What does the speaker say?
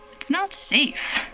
it's not safe.